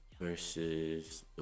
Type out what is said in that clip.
versus